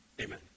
Amen